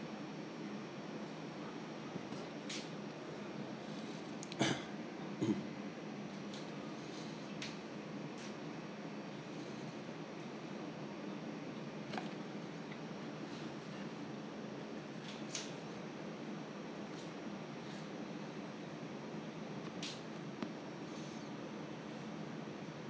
mmhmm